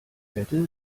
wette